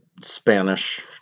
Spanish